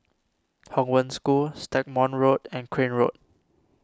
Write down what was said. Hong Wen School Stagmont Road and Crane Road